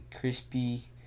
crispy